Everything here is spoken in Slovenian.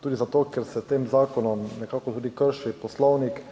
tudi zato, ker se s tem zakonom nekako tudi krši poslovnik